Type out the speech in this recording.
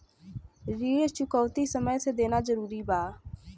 ऋण चुकौती समय से देना जरूरी बा?